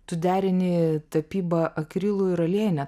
tu derini tapybą akrilu ir aliejinę